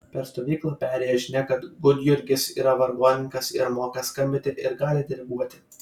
per stovyklą perėjo žinia kad gudjurgis yra vargonininkas ir moka skambinti ir gali diriguoti